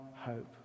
hope